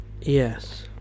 yes